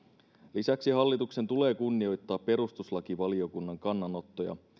lisäksi hallituksen tulee kunnioittaa perustuslakivaliokunnan kannanottoja